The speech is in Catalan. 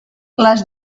les